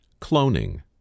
cloning